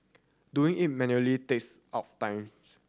doing it manually takes up time